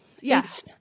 Yes